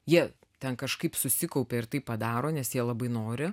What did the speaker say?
jie ten kažkaip susikaupia ir tai padaro nes jie labai nori